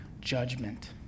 judgment